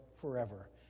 forever